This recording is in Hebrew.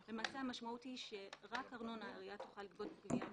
למעשה המשמעות היא שרק ארנונה העירייה תוכל לגבות בגבייה מנהלית.